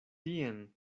tien